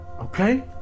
okay